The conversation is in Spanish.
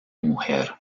mujer